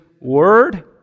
Word